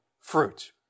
fruit